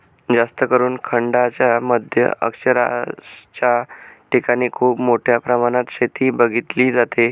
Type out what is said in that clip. जास्तकरून खंडांच्या मध्य अक्षांशाच्या ठिकाणी खूप मोठ्या प्रमाणात शेती बघितली जाते